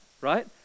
right